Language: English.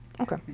Okay